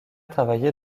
travaillait